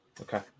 Okay